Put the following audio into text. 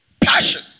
passion